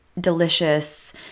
delicious